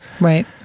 Right